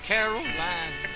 Caroline